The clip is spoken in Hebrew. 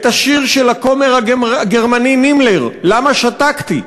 את השיר של הכומר הגרמני נימלר "למה שתקתי",